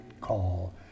call